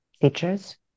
teachers